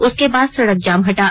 जिसके बाद सड़क जाम हटा